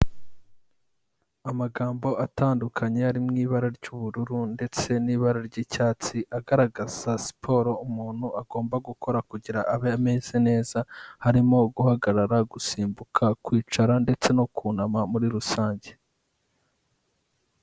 Amagambo atandukanye ari mu ibara ry'ubururu ndetse n'ibara ry'icyatsi, agaragaza siporo umuntu agomba gukora kugira ngo abe ameze neza, harimo guhagarara, gusimbuka, kwicara ndetse no kunama muri rusange.